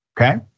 Okay